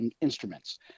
instruments